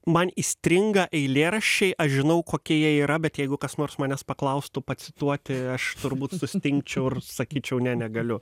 man įstringa eilėraščiai aš žinau kokie jie yra bet jeigu kas nors manęs paklaustų pacituoti aš turbūt sustingčiau ir sakyčiau ne negaliu